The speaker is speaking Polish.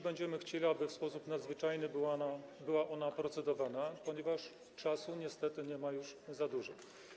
Będziemy chcieli, aby również w sposób nadzwyczajny była ona procedowana, ponieważ czasu niestety nie ma już za dużo.